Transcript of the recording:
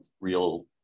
real